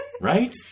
Right